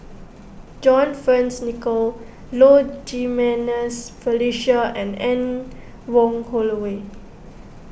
John Fearns Nicoll Low Jimenez Felicia and Anne Wong Holloway